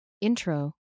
intro